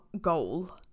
goal